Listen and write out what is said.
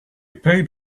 paid